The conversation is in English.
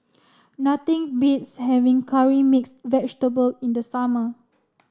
nothing beats having curry mix vegetable in the summer